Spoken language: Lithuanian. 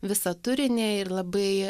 visą turinį ir labai